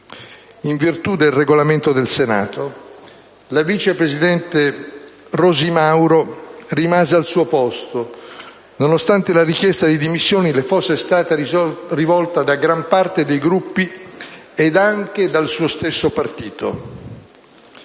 in virtù del Regolamento del Senato, la vice presidente Rosi Mauro rimase al suo posto, nonostante la richiesta di dimissioni le fosse stata rivolta da gran parte dei Gruppi ed anche dal suo stesso partito.